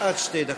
עד שתי דקות.